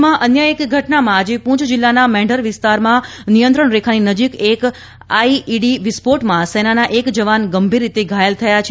રાજ્યમાં અન્ય એક ઘટનામાં આજે પૂંછ જિલ્લાના મેંઢર વિસ્તારમાં નિયંત્રણ રેખાની નજીક એક આઇઇડી વિસ્ફોટમાં સેનાના એક જવાન ગંભીર રીતે ઘાયલ થયા છે